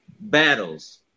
battles